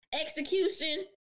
execution